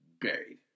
buried